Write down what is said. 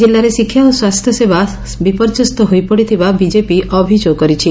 ଜିଲ୍ଲାରେ ଶିକ୍ଷା ଓ ସ୍ୱାସ୍ସ୍ୟ ସେବା ବିପର୍ଯ୍ୟସ୍ତ ହୋଇପଡ଼ିଥିବା ବିଜେପି ଅଭିଯୋଗ କରିଛି